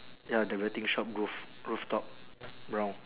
ya the betting shop roof rooftop brown